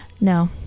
No